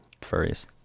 Furries